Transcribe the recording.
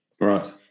Right